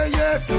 yes